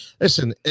listen